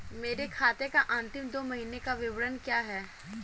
मेरे खाते का अंतिम दो महीने का विवरण क्या है?